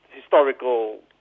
historical